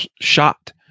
shot